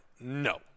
no